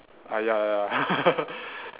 ah ya